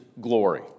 glory